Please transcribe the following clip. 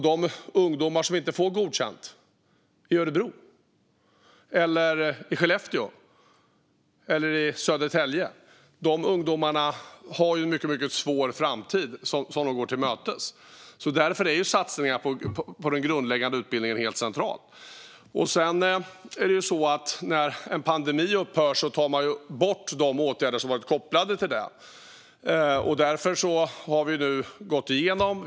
De ungdomar i Örebro, Skellefteå eller Södertälje som inte får godkänt går en mycket svår framtid till mötes. Därför är satsningen på den grundläggande utbildningen helt central. När en pandemi upphör tar man ju bort de åtgärder som varit kopplade till den. Därför har vi nu gått igenom detta.